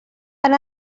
and